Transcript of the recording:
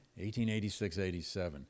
1886-87